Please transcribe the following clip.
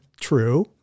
True